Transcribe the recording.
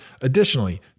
Additionally